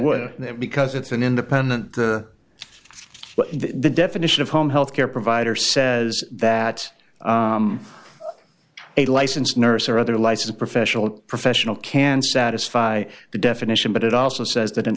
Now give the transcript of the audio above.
then because it's an independent the definition of home health care provider says that a licensed nurse or other licensed professional professional can satisfy the definition but it also says that an